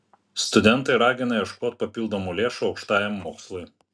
studentai ragina ieškoti papildomų lėšų aukštajam mokslui